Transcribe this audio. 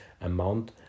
amount